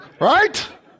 Right